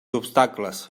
obstacles